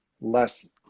less